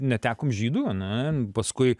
netekom žydų ane paskui